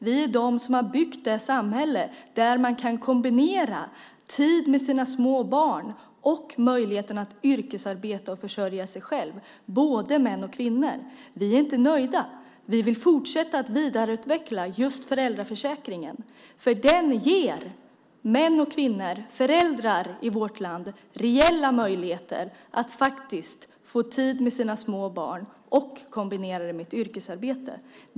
Det är vi som har byggt det samhälle där man kan kombinera tid med sina små barn och möjlighet att yrkesarbeta och försörja sig själv, både män och kvinnor. Vi är inte nöjda. Vi vill fortsätta att vidareutveckla just föräldraförsäkringen, för den ger män och kvinnor, föräldrar i vårt land, reella möjligheter att få tid med sina små barn och kombinera det med yrkesarbete.